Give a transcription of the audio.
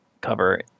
cover